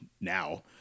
now